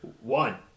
one